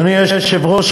אדוני היושב-ראש,